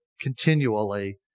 continually